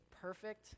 perfect